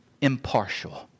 impartial